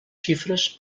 xifres